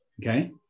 Okay